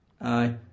aye